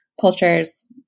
cultures